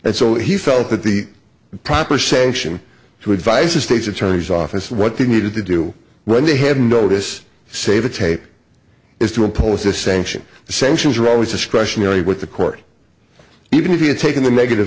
and so he felt that the proper sanction to advise the state's attorney's office what they needed to do when they have notice save the tape is to impose a sanction the sanctions are always discretionary with the court even if you take the negative